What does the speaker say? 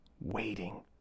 waiting